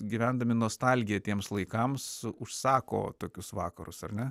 gyvendami nostalgiją tiems laikams užsako tokius vakarus ar ne